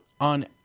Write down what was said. on